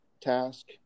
task